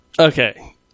Okay